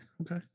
okay